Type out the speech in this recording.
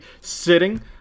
sitting